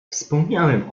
wspomniałem